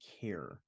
care